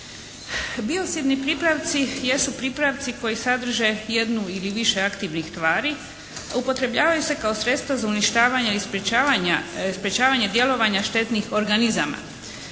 Biocidni pripravci jesu pripravci koji sadrže jednu ili više aktivnih tvari, a upotrebljavaju se kao sredstva za uništavanje i sprječavanje djelovanja štetnih organizama.